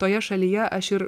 toje šalyje aš ir